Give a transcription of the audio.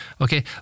Okay